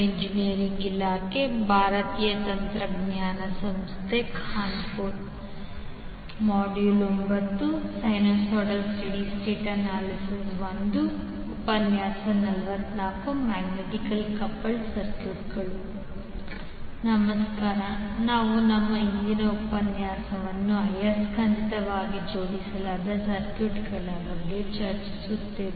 ಇಂದಿನ ಉಪನ್ಯಾಸದಲ್ಲಿ ನಾವು ಆಯಸ್ಕಾಂತೀಯವಾಗಿ ಜೋಡಿಸಲಾದ ಸರ್ಕ್ಯೂಟ್ ಬಗ್ಗೆ ಚರ್ಚಿಸುತ್ತೇವೆ